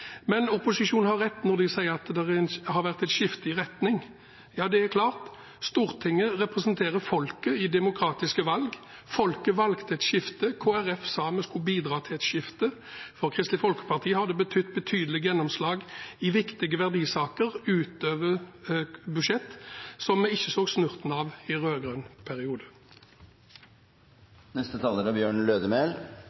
Men opposisjonen har rett når de sier at det har vært et skifte i retning – ja, det er klart. Stortinget representerer folket i demokratiske valg. Folket valgte et skifte. Vi i Kristelig Folkeparti sa vi skulle bidra til et skifte. For Kristelig Folkeparti har det betydd betydelige gjennomslag i viktige verdisaker utover budsjettet, noe som vi ikke så snurten av i rød-grønn periode.